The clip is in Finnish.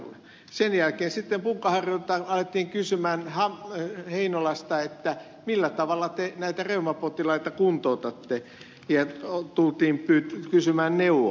sen jälkeen sitten punkaharjulta alettiin kysyä heinolasta millä tavalla te näitä reumapotilaita kuntoutatte ja tultiin kysymään neuvoa